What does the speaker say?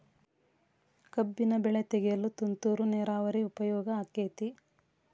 ಕಬ್ಬಿನ ಬೆಳೆ ತೆಗೆಯಲು ತುಂತುರು ನೇರಾವರಿ ಉಪಯೋಗ ಆಕ್ಕೆತ್ತಿ?